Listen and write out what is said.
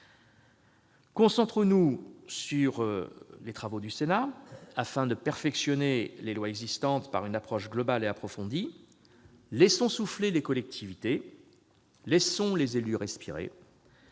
Concentrons-nous sur les travaux du Sénat, afin de perfectionner les lois existantes par une approche globale et approfondie. Laissons les collectivités souffler. Laissons les élus respirer.